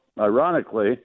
ironically